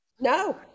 No